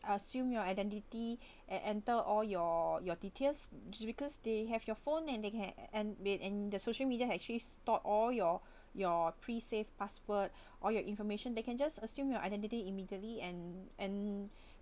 I assume your identity and enter all your your details just because they have your phone and they can and they and the social media had actually stored all your your pre-save password all your information that can just assume your identity immediately and and